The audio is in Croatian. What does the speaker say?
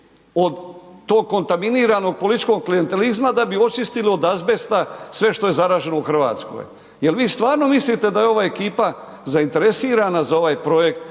od tog konaminiranog političkog klijentelizma da bi očistili od azbesta sve što je zaraženo u Hrvatskoj. Jel vi stvarno mislite da je ova ekipa zainteresirana za ovaj projekt